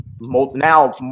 now